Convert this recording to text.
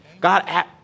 God